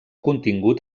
contingut